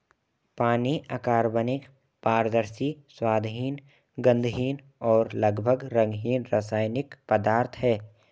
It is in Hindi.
पानी अकार्बनिक, पारदर्शी, स्वादहीन, गंधहीन और लगभग रंगहीन रासायनिक पदार्थ है